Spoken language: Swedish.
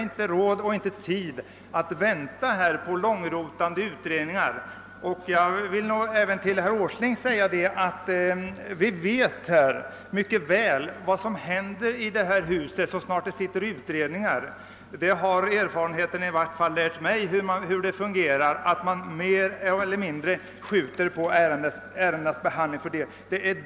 Även till herr Åsling vill jag säga att vi mycket väl vet vad som händer i detta hus så snart en utredning arbetar. Erfarenheten har i varje fall lärt mig hur det hela fungerar; man skjuter mer eller mindre på ärendenas behandling.